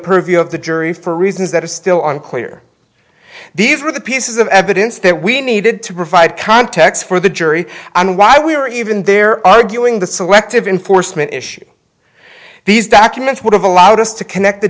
purview of the jury for reasons that are still unclear these are the pieces of evidence that we needed to provide context for the jury and why we were even there arguing the selective enforcement issue these documents would have allowed us to connect the